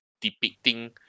depicting